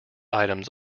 items